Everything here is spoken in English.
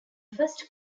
first